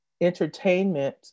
entertainment